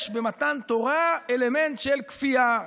יש במתן תורה אלמנט של כפייה.